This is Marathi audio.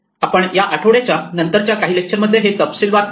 आपण या आठवड्याच्या नंतरच्या काही लेक्चर मध्ये हे तपशीलवार पाहूया